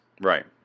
Right